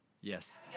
Yes